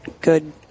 good